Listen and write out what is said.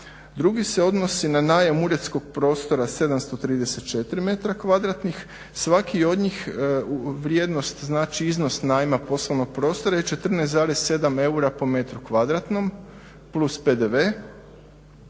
drugi se odnosi na najam uredskog prostora 734 metra kvadratnih. Svaki od njih, vrijednost, znači iznos najma poslovnog prostora je 14,7 eura po metru kvadratnom plus PDV,